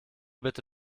bitte